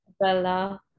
Bella